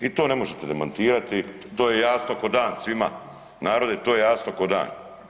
I to ne možete demantirati, to je jasno ko dan svima, narode to je jasno ko dan.